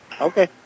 Okay